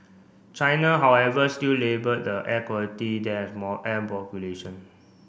China however still labelled the air quality there as more air population